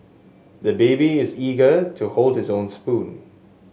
the baby is eager to hold his own spoon